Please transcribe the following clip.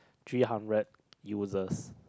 three hundred users